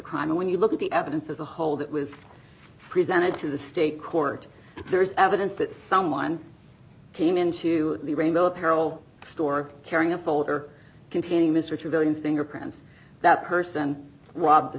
crime when you look at the evidence as a whole that was presented to the state court there is evidence that someone came into the rainbow apparel store carrying a folder containing mr trevelyan's fingerprints that person rob